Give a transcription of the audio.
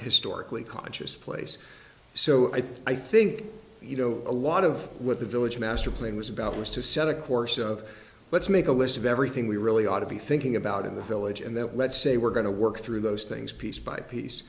historically conscious place so i think i think you know a lot of what the village master plan was about was to set a course of let's make a list of everything we really ought to be thinking about in the village and that let's say we're going to work through those things piece by piece